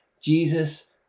Jesus